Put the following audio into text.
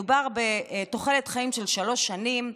מדובר בתוחלת חיים של שלוש שנים,